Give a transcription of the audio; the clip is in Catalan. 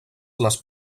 les